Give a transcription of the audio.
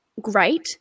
great